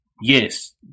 yes